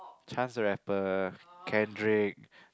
Chance-The-Rapper Kendrick